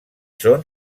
són